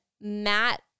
Matt